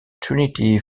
trinity